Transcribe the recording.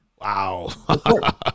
Wow